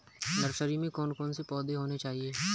Nursery में कौन कौन से पौधे होने चाहिए?